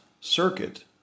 circuit